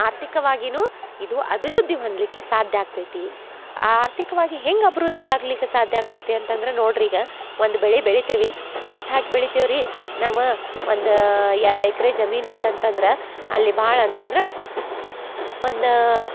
ಆರ್ಥಿಕವಾಗಿನು ಇದು ಅಭಿವೃದ್ಧಿ ಹೊಂದಲಿಕ್ಕೆ ಸಾಧ್ಯ ಆಗ್ತೈತಿ ಆರ್ಥಿಕವಾಗಿ ಹೆಂಗೆ ಅಭಿವೃದ್ಧಿ ಆಗ್ಲಿಕ್ಕೆ ಸಾಧ್ಯ ಆಗ್ತೈತಿ ಅಂತಂದ್ರೆ ನೋಡ್ರಿ ಈಗ ಒಂದು ಬೆಳೆ ಬೆಳಿತೇವಿ ಎಷ್ಟು ಹಾಕಿ ಬೆಳಿತೇವೆ ರೀ ನಾವು ಒಂದು ಎರಡು ಎಕ್ರೆ ಜಮೀನು ಇತ್ತಂತಂದ್ರ ಅಲ್ಲಿ ಭಾಳ ಅಂತಂದ್ರ ಒಂದು